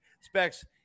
Specs